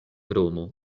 romo